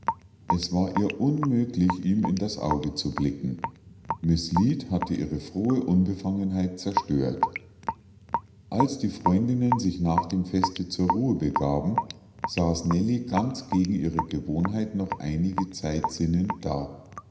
es war ihr unmöglich ihm in das auge zu blicken miß lead hatte ihre frohe unbefangenheit zerstört als die freundinnen sich nach dem feste zur ruhe begaben saß nellie ganz gegen ihre gewohnheit noch einige zeit sinnend da